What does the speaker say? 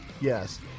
Yes